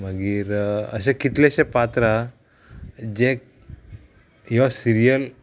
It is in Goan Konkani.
मागीर अशे कितलेशे पात्र हा जे ह्यो सिरियल